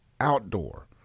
outdoor